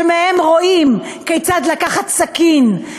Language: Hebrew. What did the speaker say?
שבהם רואים כיצד לקחת סכין,